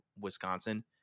Wisconsin